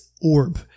orb